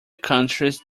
countries